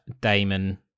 Damon